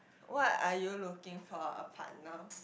what are you looking for a partner